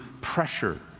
pressure